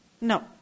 No